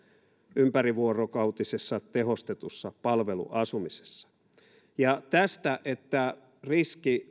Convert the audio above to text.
ympärivuorokautisessa tehostetussa palveluasumisessa ja tästä että on riski